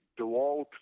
dewalt